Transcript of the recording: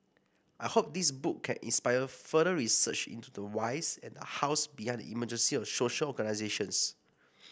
I hope this book can inspire further research into the whys and the hows behind the emergence of social organisations